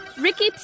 Ricky